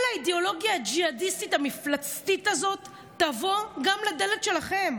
כל האידיאולוגיה הג'יהאדיסטית המפלצתית הזאת תבוא גם לדלת שלכם,